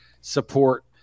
support